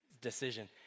decision